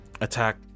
attack